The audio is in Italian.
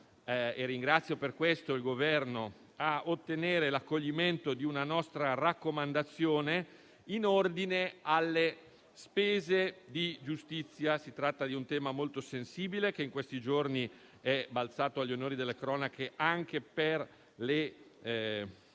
ringrazio per questo il Governo - a ottenere l'accoglimento di una nostra raccomandazione in ordine alle spese di giustizia. Si tratta di un tema molto sensibile, che in questi giorni è balzato agli onori delle cronache, anche per le